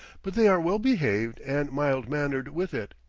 but they are well-behaved and mild-mannered with it.